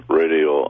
radio